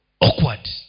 Awkward